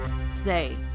say